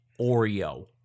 Oreo